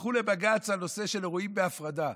הלכו לבג"ץ בנושא של אירועים בהפרדה.